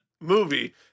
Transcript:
movie